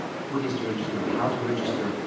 who needs to register, how to register,